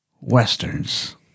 Westerns